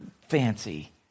fancy